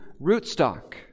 rootstock